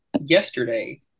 yesterday